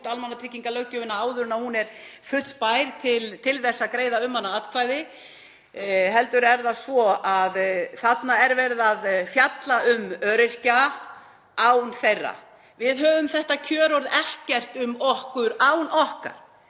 almannatryggingalöggjöfina áður en hún er fullbær til að greiða um hana atkvæði heldur er verið að fjalla um öryrkja án þeirra. Við höfum þetta kjörorð: Ekkert um okkur án okkar.